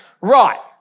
Right